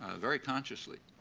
ah very consciously.